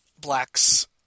blacks